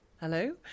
hello